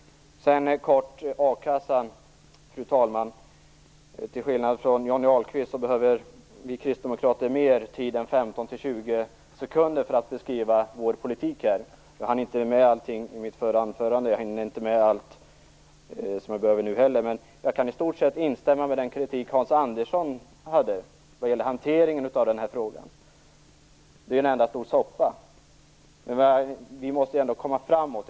Jag vill kort ta upp frågan om a-kassan, fru talman. Till skillnad från Johnny Ahlqvist behöver vi kristdemokrater mer tid än 15-20 sekunder för att beskriva vår politik. Jag hann inte med allting i mitt förra anförande. Jag hinner inte med allt som jag vill nu heller, men jag kan i stort sett instämma i den kritik som Hans Andersson lämnade vad det gäller hanteringen av denna fråga. Det är en enda stor soppa. Vi måste ändå komma framåt.